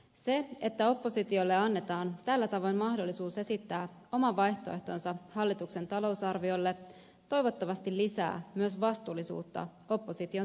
se että oppositiolle annetaan tällä tavoin mahdollisuus esittää oman vaihtoehtonsa hallituksen talousarviolle toivottavasti lisää myös vastuullisuutta opposition salipuheissa